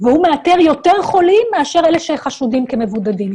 והוא מאתר יותר חולים מאשר אלה שחשודים כמבודדים.